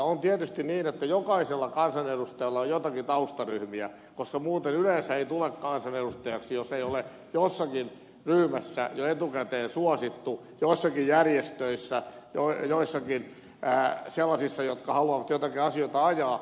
on tietysti niin että jokaisella kansanedustajalla on joitakin taustaryhmiä koska muuten yleensä ei tule kansanedustajaksi jos ei ole jossakin ryhmässä jo etukäteen suosittu joissakin järjestöissä joissakin sellaisissa jotka haluavat joitakin asioita ajaa